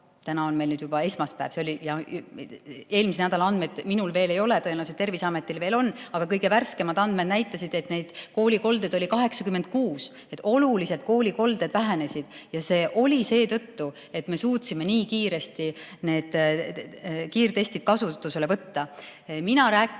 täna on meil juba esmaspäev, eelmise nädala andmeid minul veel ei ole, tõenäoliselt Terviseametil on, aga kõige värskemad andmed näitasid, et koolikoldeid oli 86. Oluliselt jäi koolikoldeid vähemaks. Ja see oli seetõttu, et me suutsime nii kiiresti kiirtestid kasutusele võtta. Mina rääkisin